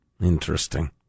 Interesting